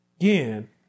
Again